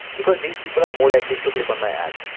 because these people are more likely to click on my ad.